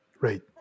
Right